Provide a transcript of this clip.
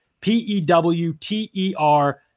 P-E-W-T-E-R